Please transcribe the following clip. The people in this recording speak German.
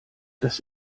das